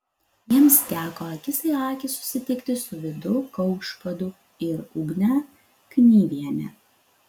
jiems teko akis į akį susitikti su vidu kaušpadu ir ugne knyviene